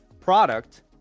product